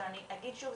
אבל אני אגיד שוב,